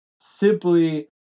simply